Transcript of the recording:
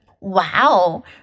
Wow